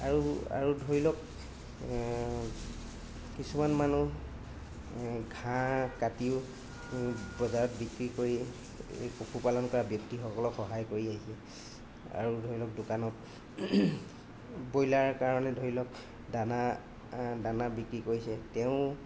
আৰু আৰু ধৰি লক কিছুমান মানুহ ঘাঁহ কাটিও বজাৰত বিক্ৰী কৰি পশুপালন কৰা ব্যক্তিসকলক সহায় কৰি আহিছে আৰু ধৰি লক দোকানত ব্ৰইলাৰ কাৰণে ধৰি লক দানা দানা বিক্ৰী কৰিছে তেওঁ